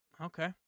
Okay